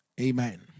Amen